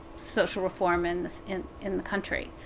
social reform and in in the country.